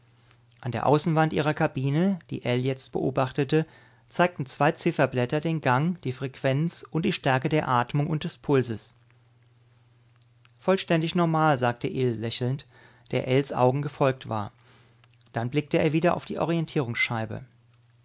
an der außenwand ihrer kabine die ell jetzt beobachtete zeigten zwei zifferblätter den gang die frequenz und die stärke der atmung und des pulses vollständig normal sagte ill lächelnd der ells augen gefolgt war dann blickte er wieder auf die orientierungsscheibe